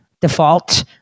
default